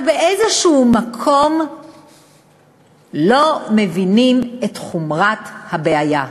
אבל באיזשהו מקום לא מבינים את חומרת הבעיה.